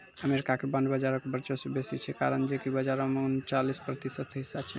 America मे bond बजारो के वर्चस्व बेसी छै, कारण जे कि बजारो मे उनचालिस प्रतिशत हिस्सा छै